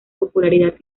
popularidad